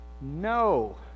No